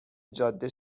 جاده